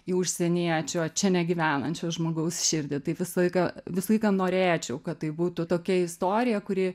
į užsieniečio čia negyvenančio žmogaus širdį tai visą laiką visą laiką norėčiau kad tai būtų tokia istorija kuri